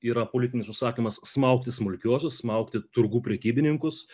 yra politinis užsakymas smaugti smulkiuosius smaugti turgų prekybininkus